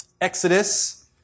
Exodus